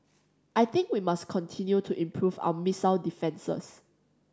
I think we must continue to improve our missile defences